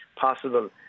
possible